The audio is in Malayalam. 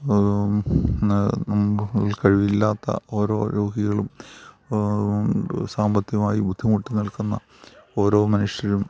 കഴിവില്ലാത്ത ഓരോ രോഗികളും സാമ്പത്തികമായി ബുദ്ധിമുട്ടി നിൽക്കുന്ന ഓരോ മനുഷ്യരും